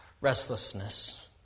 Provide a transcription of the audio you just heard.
Restlessness